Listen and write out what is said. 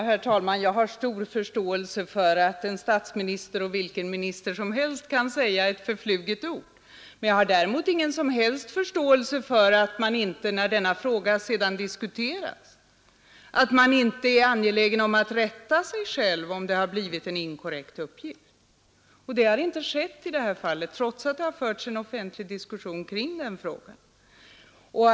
Herr talman! Jag har stor förståelse för att en statsminister och vilken minister som helst kan säga ett förfluget ord, men jag har ingen som helst förståelse för att man inte när denna fråga sedan diskuteras är angelägen om att rätta sig själv om det blivit en inkorrekt uppgift. Så har inte skett i detta fall, trots att det förts en offentlig diskussion kring denna fråga.